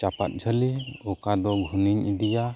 ᱪᱟᱯᱟᱫ ᱡᱷᱟᱹᱞᱤ ᱚᱠᱟ ᱫᱚ ᱜᱷᱩᱱᱤᱧ ᱤᱫᱤᱭᱟ